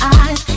eyes